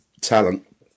talent